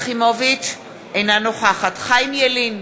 אינה נוכחת חיים ילין,